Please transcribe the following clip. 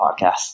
podcast